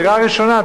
דירה ראשונה,